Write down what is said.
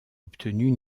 obtenus